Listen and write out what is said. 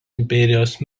imperijos